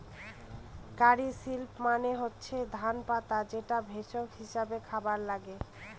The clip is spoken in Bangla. কারী লিভস মানে হচ্ছে ধনে পাতা যেটা ভেষজ হিসাবে খাবারে লাগে